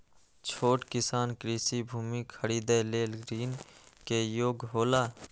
छोट किसान कृषि भूमि खरीदे लेल ऋण के योग्य हौला?